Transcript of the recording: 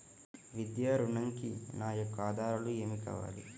విద్యా ఋణంకి నా యొక్క ఆధారాలు ఏమి కావాలి?